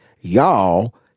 y'all